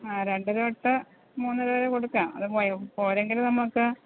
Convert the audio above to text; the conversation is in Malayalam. ആ രണ്ടര തൊട്ട് മൂന്നര വരെ കൊടുക്കാം അത് പോര എങ്കിൽ നമുക്ക്